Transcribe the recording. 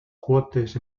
quotes